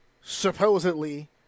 supposedly